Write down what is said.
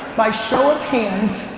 by show of hands,